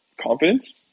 confidence